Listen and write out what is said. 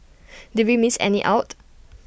did we miss any out